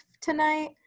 tonight